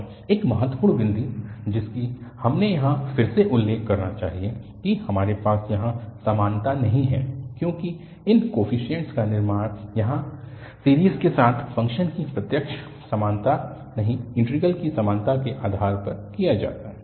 और एक महत्वपूर्ण बिंदु जिसका हमें यहाँ फिर से उल्लेख करना चाहिए कि हमारे पास यहाँ समानता नहीं है क्योंकि इन कोफीशिएंट्स का निर्माण यहाँ सीरीज़ के साथ फ़ंक्शन की प्रत्यक्ष समानता नहीं इंटीग्रल की समानता के आधार पर किया जाता है